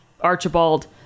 archibald